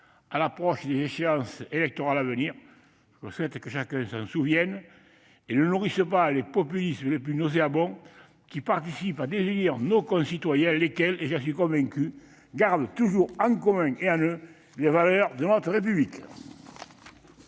à l'approche des échéances électorales à venir, je souhaite que chacun s'en souvienne et ne nourrisse pas les populismes les plus nauséabonds, qui contribuent à désunir nos concitoyens, lesquels, j'en suis convaincu, gardent toujours en commun les valeurs de notre République